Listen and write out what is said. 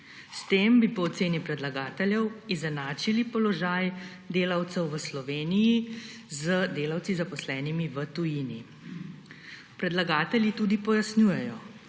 S tem bi po oceni predlagateljev izenačili položaj delavcev v Sloveniji z delavci, zaposlenimi v tujini. Predlagatelji tudi pojasnjujejo,